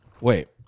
Wait